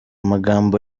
magambo